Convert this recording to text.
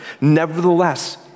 Nevertheless